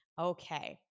Okay